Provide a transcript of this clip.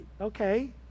okay